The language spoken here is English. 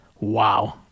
wow